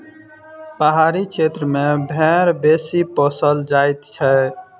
पहाड़ी क्षेत्र मे भेंड़ बेसी पोसल जाइत छै